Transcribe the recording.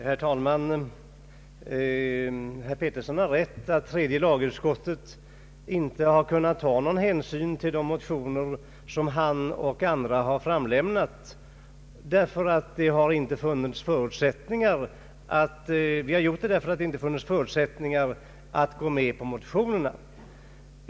Herr talman! Herr Karl Pettersson har rätt i att tredje lagutskottet inte har kunnat ta någon hänsyn till de motioner som han och andra har framlämnat, men det beror på att det inte har funnits förutsättningar att tillstyrka motionerna.